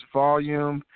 volume